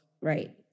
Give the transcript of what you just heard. right